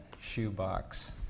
shoebox